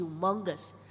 humongous